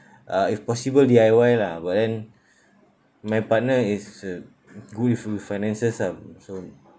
uh if possible D_I_Y lah but then my partner is uh good with finances ah so